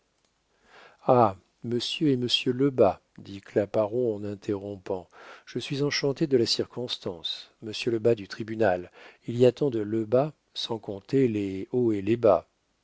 ah monsieur est monsieur lebas dit claparon en interrompant je suis enchanté de la circonstance monsieur lebas du tribunal il y a tant de lebas sans compter les hauts et les bas